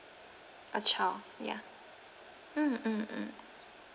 a child ya mm mm mm